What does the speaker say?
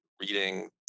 reading